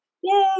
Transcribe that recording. Yay